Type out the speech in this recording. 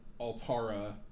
Altara